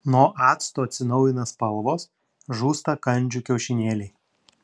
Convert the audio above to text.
nuo acto atsinaujina spalvos žūsta kandžių kiaušinėliai